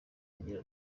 agira